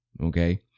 Okay